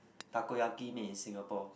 takoyaki made in Singapore